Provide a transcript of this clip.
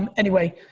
um anyway,